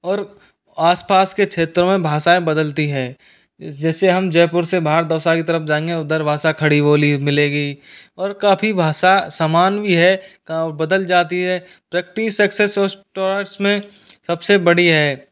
और आसपास के क्षेत्र में भाषण बदलता है जैसे हम जयपुर से बाहर दौसा की तरफ जाएंगे उधर भाषा खड़ी बोली मिलेगी और काफ़ी भाषा सामान भी है तो बदल जाती है प्रैक्टिस सक्सेस में सबसे बड़ी है